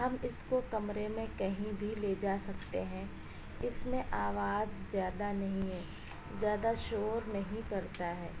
ہم اس کو کمرے میں کہیں بھی لے جا سکتے ہیں اس میں آواز زیادہ نہیں ہے زیادہ شور نہیں کرتا ہے